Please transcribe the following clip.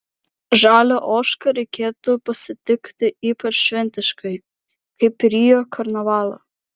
žalią ožką reikėtų pasitikti ypač šventiškai kaip rio karnavalą